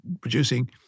producing